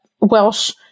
Welsh